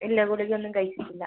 ഇല്ല ഗുളികയൊന്നും കഴിച്ചിട്ടില്ല